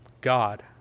God